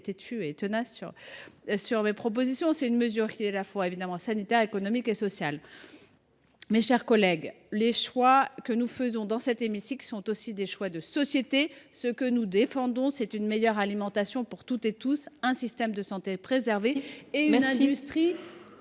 têtue et tenace pour défendre mes propositions ! La mesure que je défends est à la fois sanitaire, économique et sociale. Les choix que nous réalisons dans cet hémicycle sont aussi des choix de société. Ce que nous défendons, c’est une meilleure alimentation pour toutes et tous, un système de santé préservé et une industrie